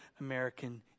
American